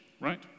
Right